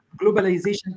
globalization